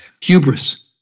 Hubris